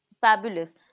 fabulous